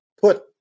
put